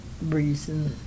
reason